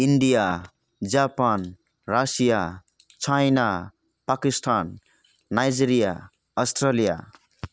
India Japan Russia China Pakistan Nigeria Australia